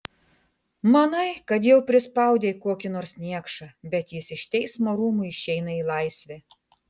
manai kad jau prispaudei kokį nors niekšą bet jis iš teismo rūmų išeina į laisvę